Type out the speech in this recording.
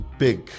big